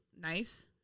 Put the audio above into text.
nice